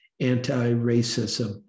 anti-racism